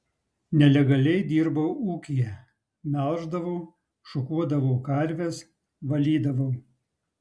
nelegaliai dirbau ūkyje melždavau šukuodavau karves valydavau